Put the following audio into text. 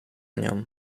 nią